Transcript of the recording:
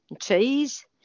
Cheese